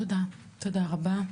תודה רבה.